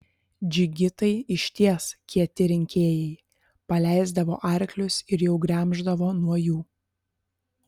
džigitai iš ties kieti rinkėjai paleisdavo arklius ir jau gremždavo nuo jų